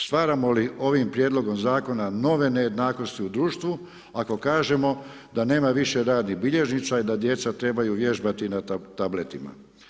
Stvaramo li ovim prijedlogom zakona nove nejednakosti u društvu ako kažemo da nema više radnih bilježnica i da djeca trebaju vježbati na tabletima?